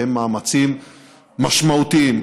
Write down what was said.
שהם מאמצים משמעותיים.